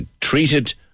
Treated